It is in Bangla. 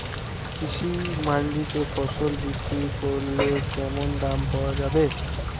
কৃষি মান্ডিতে ফসল বিক্রি করলে কেমন দাম পাওয়া যাবে?